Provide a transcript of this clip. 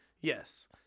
Yes